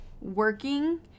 working